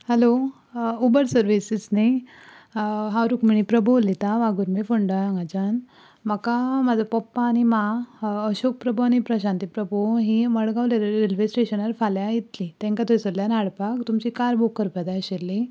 hello Uber services न्ही हांव रुक्मिणी प्रभू उलयतां वाघुर्मे फोंडा हांगाच्यान म्हाका म्हजो पप्पा आनी मां अशोक प्रभू आनी प्रशांती प्रभू हीं मडगांव रेल्वे स्टेशनार फाल्यां येतलीं तांकां थंयसरल्यान हाडपाक तुमची कार बूक करपा जाय आशिल्ली